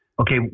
Okay